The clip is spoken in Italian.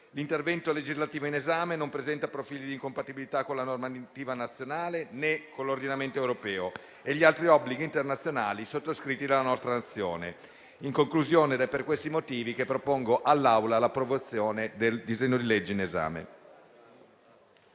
L'intervento legislativo in esame non presenta profili di incompatibilità con la normativa nazionale, né con l'ordinamento europeo e gli altri obblighi internazionali sottoscritti dalla nostra Nazione. In conclusione, è per questi motivi che propongo all'Aula l'approvazione del disegno di legge in esame.